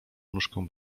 nóżkę